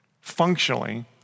functionally